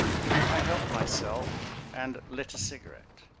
i helped myself and lit a cigarette.